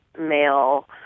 male